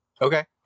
Okay